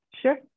Sure